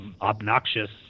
obnoxious